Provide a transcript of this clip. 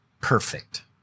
perfect